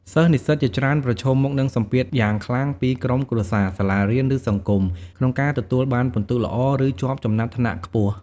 សិស្សនិស្សិតជាច្រើនប្រឈមមុខនឹងសម្ពាធយ៉ាងខ្លាំងពីក្រុមគ្រួសារ សាលារៀន ឬសង្គម ក្នុងការទទួលបានពិន្ទុល្អ ឬជាប់ចំណាត់ថ្នាក់ខ្ពស់។